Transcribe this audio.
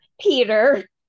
peter